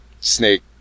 snake